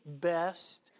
best